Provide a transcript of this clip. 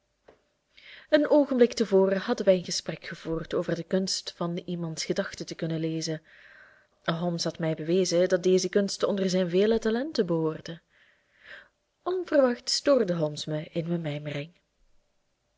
een oogenblik te voren hadden wij een gesprek gevoerd over de kunst van iemands gedachten te kunnen lezen holmes had mij bewezen dat deze kunst onder zijn vele talenten behoorde onverwachts stoorde holmes mij in mijn